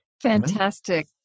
Fantastic